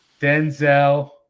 Denzel